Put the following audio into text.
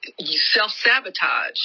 self-sabotage